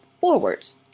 forwards